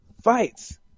fights